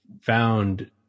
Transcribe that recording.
found